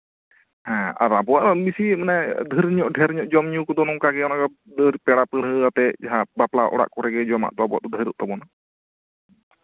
ᱦᱮᱸ ᱟᱨ ᱟᱵᱚᱣᱟᱜ ᱫᱚ ᱠᱚᱢ ᱵᱤᱥᱤ ᱫᱷᱟᱹᱨᱧᱚᱜᱼᱫᱷᱟᱹᱨᱧᱚᱜ ᱡᱚᱢᱼᱧᱩ ᱠᱚᱫᱚ ᱱᱚᱝᱠᱟ ᱜᱮ ᱢᱟᱱᱮ ᱰᱷᱟᱹᱨ ᱯᱮᱲᱟ ᱯᱟᱺᱬᱦᱟᱹᱣᱟᱛᱮ ᱡᱟᱦᱟᱸ ᱵᱟᱯᱞᱟ ᱚᱲᱟᱜ ᱠᱚᱨᱮ ᱜᱮ ᱡᱚᱢᱟᱜ ᱫᱚ ᱰᱷᱮᱨᱚᱜ ᱛᱟᱵᱚᱱᱟ